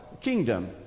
kingdom